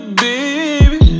baby